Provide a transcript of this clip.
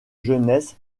jeunesse